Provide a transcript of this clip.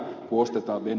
arvoisa puhemies